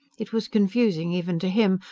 it was confusing even to him,